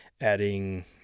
adding